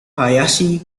hayashi